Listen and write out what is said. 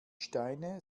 steine